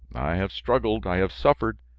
have struggled, i have suffered,